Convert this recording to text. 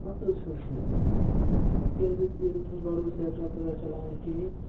پَتہٕ حظ ہیوٚچھ مےٚ تِکیٛازِ حظ ییٚلہِ نہٕ مےٚ گۄڈٕ اوس لیپٹاپ تَگان چَلاوُن کِہیٖنۍ